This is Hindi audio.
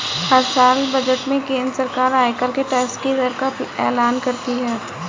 हर साल बजट में केंद्र सरकार आयकर के टैक्स की दर का एलान करती है